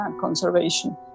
conservation